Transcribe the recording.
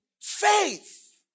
faith